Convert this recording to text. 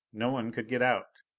no one could get out!